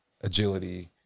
agility